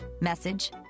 message